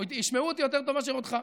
ישמעו אותי יותר טוב מאשר אותך: